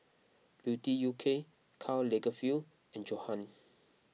Beauty U K Karl Lagerfeld and Johan